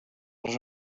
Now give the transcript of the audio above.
les